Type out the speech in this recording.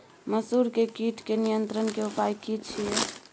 मसूर के कीट के नियंत्रण के उपाय की छिये?